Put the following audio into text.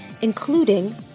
including